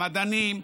למדענים,